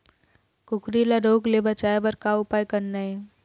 कुकरी ला रोग ले बचाए बर का उपाय करना ये?